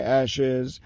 ashes